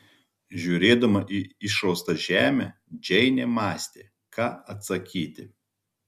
žiūrėdama į išraustą žemę džeinė mąstė ką atsakyti